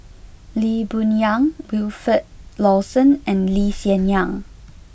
Lee Boon Yang Wilfed Lawson and Lee Hsien Yang